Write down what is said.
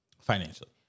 Financially